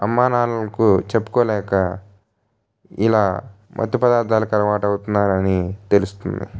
అమ్మా నాన్నలకు చెప్పుకోలేక ఇలా మత్తు పదార్థాలకు అలవాటు అవుతున్నారని తెలుస్తుంది